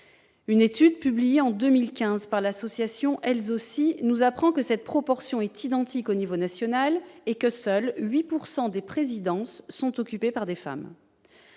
Une étude, publiée en 2015 par l'association Elles aussi, nous apprend que cette proportion est identique à l'échelle nationale et que seules 8 % des présidences sont occupées par des femmes.